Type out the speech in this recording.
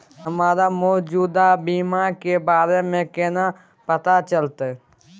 हमरा मौजूदा बीमा के बारे में केना पता चलते?